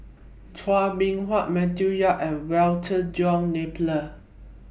Chua Beng Huat Matthew Yap and Walter John Napier